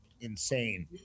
insane